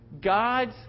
God's